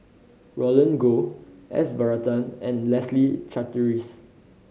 Roland Goh S Varathan and Leslie Charteris